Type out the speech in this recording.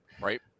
Right